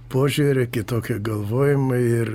požiūrį kitokią galvojimą ir